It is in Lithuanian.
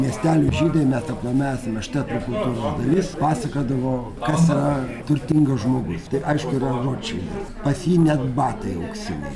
miestelio žydai mes aplamai esame štetlų kutūros dalis pasakodavo kas yra turtingas žmogus tai aišku yra žydas pas jį net batai auksiniai